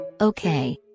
Okay